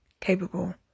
capable